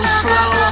slow